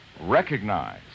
recognize